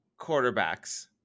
quarterbacks